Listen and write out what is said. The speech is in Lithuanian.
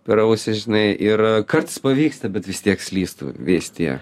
per ausį žinai ir kartais pavyksta bet vis tiek slystu vis tiek